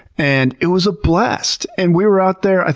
and it was a blast and we were out there.